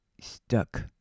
stuck